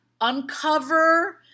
Uncover